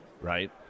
right